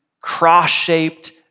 cross-shaped